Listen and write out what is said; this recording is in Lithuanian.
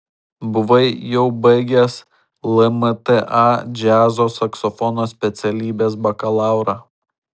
buvai jau baigęs lmta džiazo saksofono specialybės bakalaurą